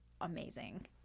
amazing